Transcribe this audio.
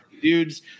dudes